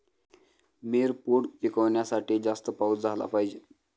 मिरपूड पिकवण्यासाठी जास्त पाऊस झाला पाहिजे